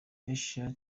ashley